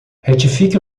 retifique